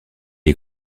est